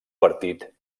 partit